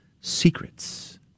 secrets